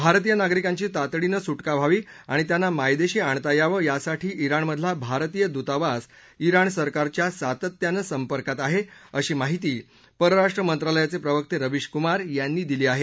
भारतीय नागरिकांची तातडीनं सुटका व्हावी आणि त्यांना मायदेशी आणता यावं यासाठी इराणमधला भारतीय दुतावास इराण सरकारच्या सातत्यानं संपर्कात आहे अशी माहिती परराष्ट्र मंत्रालयाचे प्रवक्ते रवीश कुमार यांनी दिली आहे